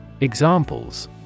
Examples